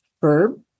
verb